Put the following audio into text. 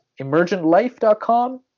emergentlife.com